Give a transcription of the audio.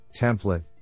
template